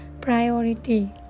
priority